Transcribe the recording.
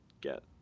get